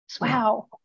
Wow